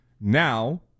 Now